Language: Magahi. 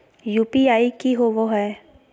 यू.पी.आई की होवे हय?